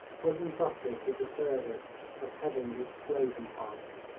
was entrusted with the service of heading the explosion party.